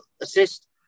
assist